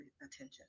attention